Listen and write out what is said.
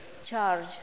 charge